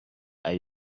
are